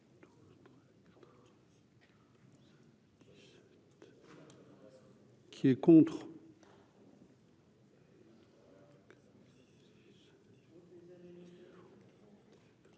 Qui est contre.